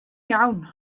iawn